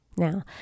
Now